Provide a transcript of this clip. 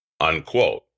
Unquote